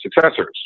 successors